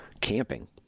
camping